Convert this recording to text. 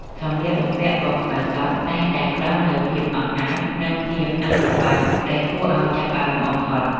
សម្លៀកបំពាក់ពណ៌ខ្មៅសុទ្ធតែងតែផ្តល់នូវភាពអង់អាច និងភាពអាថ៌កំបាំងដែលគួរឱ្យចាប់អារម្មណ៍បំផុត។